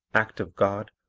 act of god,